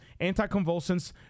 anticonvulsants